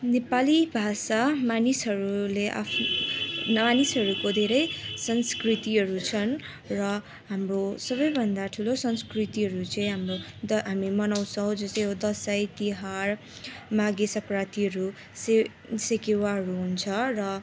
नेपाली भाषा मानिसहरूले आफ्नो मानिसहरूको धेरै संस्कृतिहरू छन् र हाम्रो सबैभन्दा ठुलो संस्कृतिहरू चाहिँ हाम्रो द हामी मनाउछौँ जस्तै यो दसैँ तिहार माघे सङ्क्रान्तिहरू से सेकेवाहरू हुन्छ र